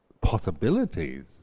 possibilities